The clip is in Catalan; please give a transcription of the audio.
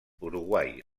uruguai